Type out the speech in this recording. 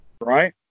Right